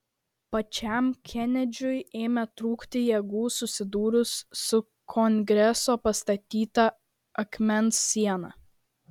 pačiam kenedžiui ėmė trūkti jėgų susidūrus su kongreso pastatyta akmens siena